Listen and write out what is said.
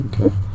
Okay